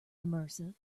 immersive